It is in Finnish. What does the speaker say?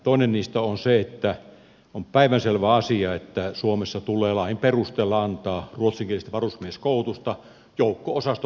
toinen niistä on se että on päivänselvä asia että suomessa tulee lain perusteella antaa ruotsinkielistä varusmieskoulutusta joukko osastotasoisesti